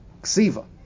Ksiva